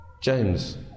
James